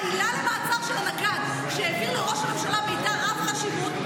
העילה למעצר של הנגד שהעביר לראש הממשלה מידע רב חשיבות,